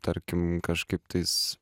tarkim kažkaip tais